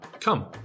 Come